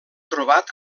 trobat